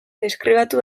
deskribatu